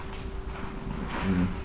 mm